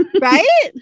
Right